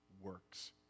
works